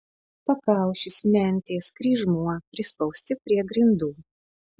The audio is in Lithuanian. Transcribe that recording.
pakaušis mentės kryžmuo prispausti prie grindų